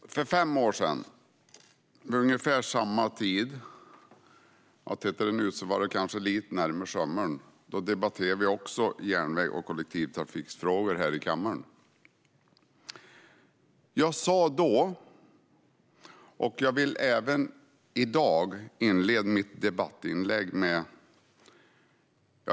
Fru talman! För fem år sedan, vid ungefär samma tid som nu - kanske lite närmare sommaren, om man tittar ut - debatterade vi också järnvägs och kollektivtrafikfrågor här i kammaren. Jag sa då något som jag även i dag vill inleda mitt debattinlägg med.